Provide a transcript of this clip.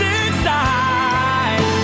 inside